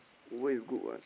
where you good one